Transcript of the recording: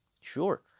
sure